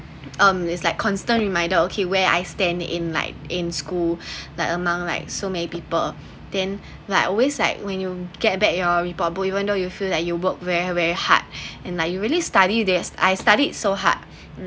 um it’s like constant reminder okay where I stand in like in school like among like so many people then like always like when you get back your report book even though you feel like you work very very hard and like you really study this I studied so hard